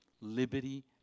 liberty